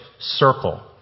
circle